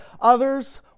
others